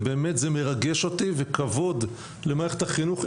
ובאמת זה מרגש אותי, וכבוד למערכת החינוך.